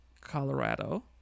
colorado